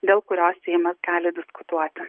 dėl kurios seimas gali diskutuoti